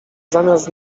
zamiast